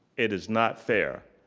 it is not fair,